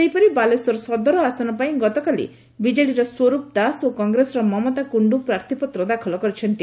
ସେହିପରି ବାଲେଶ୍ୱର ସଦର ଆସନ ପାଇ ଗତକାଲି ବିକେଡିର ସ୍ୱରୂପ ଦାସ ଓ କଂଗ୍ରେସର ମମତା କୁଣ୍ଣୁ ପ୍ରାର୍ଥ୍ପତ୍ର ଦାଖଲ କରିଛନ୍ତି